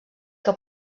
que